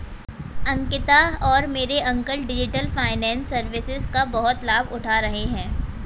अंकिता और मेरे uncle digital finance services का बहुत लाभ उठा रहे हैं